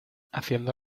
haciendo